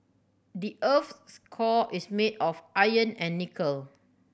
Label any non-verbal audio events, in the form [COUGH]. the [UNINTELLIGIBLE] core is made of iron and nickel